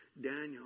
Daniel